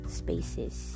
spaces